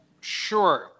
Sure